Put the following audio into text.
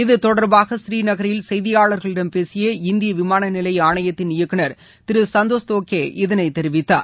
இத்தொடர்பாக ஸ்ரீநகரில் செய்தியாளர்களிடம் பேசிய இந்திய விமான நிலைய ஆணையத்தின் இயக்குனர் திரு சந்தோஷ் தோக்கே இதனை தெரிவித்தார்